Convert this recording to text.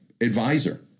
advisor